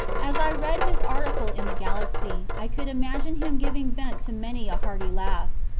as i read his article in the galaxy, i could imagine him giving vent to many a hearty laugh.